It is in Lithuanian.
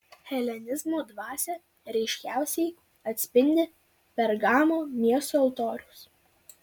helenizmo dvasią ryškiausiai atspindi pergamo miesto altorius